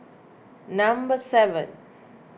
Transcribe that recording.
number seven